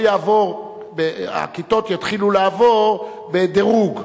או הכיתות יתחילו לעבור בדירוג,